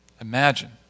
Imagine